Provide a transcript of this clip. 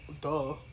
duh